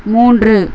மூன்று